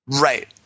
Right